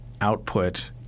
output